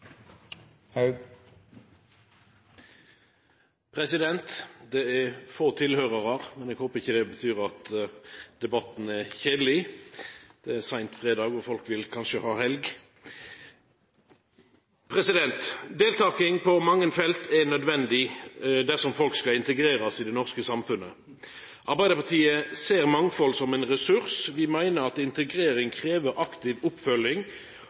få tilhøyrarar, men eg håper ikkje det betyr at debatten er kjedeleg. Det er seint fredag, og folk vil kanskje ha helg. Deltaking på mange felt er nødvendig dersom folk skal integrerast i det norske samfunnet. Arbeidarpartiet ser mangfald som ein ressurs. Vi meiner at integrering krev aktiv oppfølging